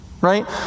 right